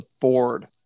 board